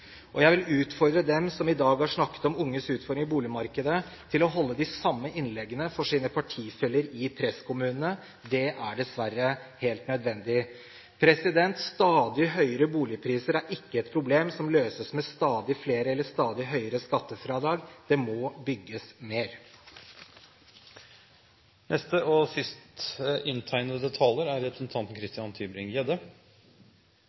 boligbygging. Jeg vil utfordre dem som i dag har snakket om unges utfordringer i boligmarkedet, til å holde de samme innleggene for sine partifeller i presskommunene – det er dessverre helt nødvendig. Stadig høyere boligpriser er ikke et problem som løses med stadig flere eller stadig høyere skattefradrag. Det må bygges mer. Jeg kunne ikke dy meg da jeg hørte på representanten